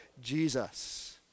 Jesus